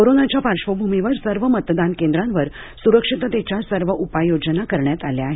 कोरोनाच्या पार्श्वभूमीवर सर्व मतदान केंद्रांवर सुरक्षिततेच्या सर्व उपाय योजना करण्यात आल्या आहेत